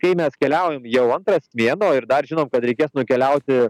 kai mes keliaujam jau antras mėnuo ir dar žinom kad reikės nukeliauti